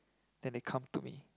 then they come to me